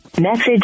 Message